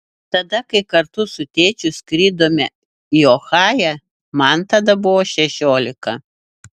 tada kai kartu su tėčiu skridome į ohają man tada buvo šešiolika